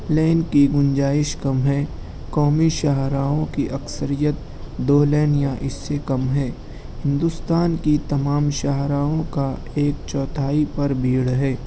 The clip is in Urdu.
لین کی گنجائش کم ہے قومی شاہراہوں کی اکثریت دو لین یا اس سے کم ہے ہندوستان کی تمام شاہراہوں کا ایک چوتھائی پر بھیڑ ہے